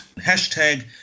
hashtag